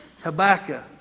Habakkuk